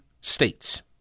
states